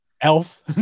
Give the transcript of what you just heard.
Elf